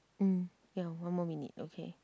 mm ya one more minute okay